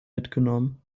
mitgenommen